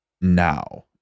now